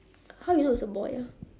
how you know it's a boy ah